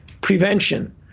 prevention